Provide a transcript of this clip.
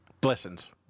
Blessings